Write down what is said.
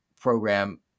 program